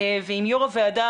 ועם יושב ראש הוועדה,